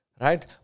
Right